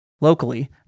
Locally